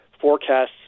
forecasts